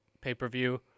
pay-per-view